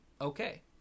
okay